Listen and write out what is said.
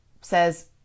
says